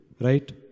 right